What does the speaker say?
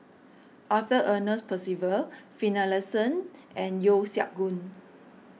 Arthur Ernest Percival Finlayson and Yeo Siak Goon